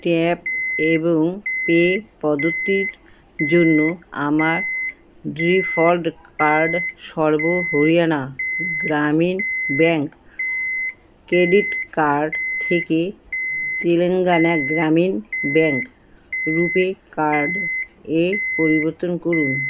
tap এবং pay পদ্ধতির জন্য আমার default card Sarva Haryana Gramin bank credit card থেকে Telangana Gramin bank RuPay card এ পরিবর্তন করুন